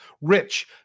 Rich